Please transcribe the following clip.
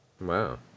Wow